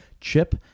chip